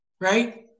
right